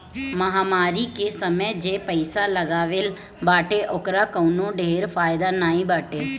महामारी के समय जे पईसा लगवले बाटे ओकर कवनो ढेर फायदा नाइ बाटे